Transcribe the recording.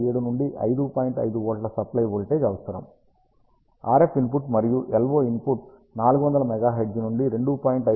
5 వోల్ట్ల supply voltage అవసరం RF input మరియు LO ఇన్పుట్ 400 MHz నుండి 2